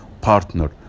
partner